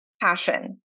passion